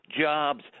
jobs